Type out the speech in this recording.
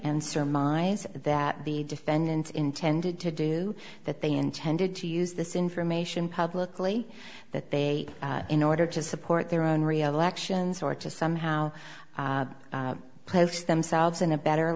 and surmise that the defendants intended to do that they intended to use this information publicly that they in order to support their own reelection zor to somehow place themselves in a better